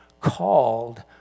called